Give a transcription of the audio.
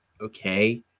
okay